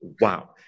wow